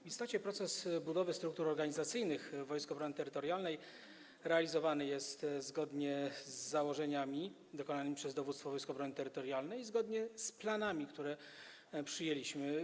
W istocie proces budowy struktur organizacyjnych Wojsk Obrony Terytorialnej realizowany jest zgodnie z założeniami określonymi przez dowództwo Wojsk Obrony Terytorialnej i zgodnie z planami, które przyjęliśmy.